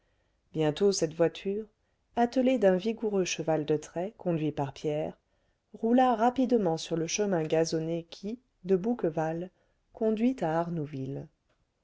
bientôt cette voiture attelée d'un vigoureux cheval de trait conduit par pierre roula rapidement sur le chemin gazonné qui de bouqueval conduit à arnouville